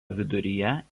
viduryje